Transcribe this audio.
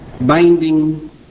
binding